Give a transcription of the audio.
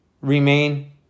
remain